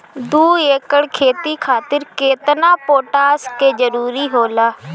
दु एकड़ खेती खातिर केतना पोटाश के जरूरी होला?